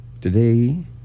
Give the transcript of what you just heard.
today